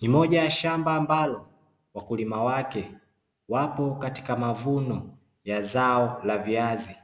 Ni moja ya shamba ambalo wakulima wake wapo katika mavuno ya zao la viazi,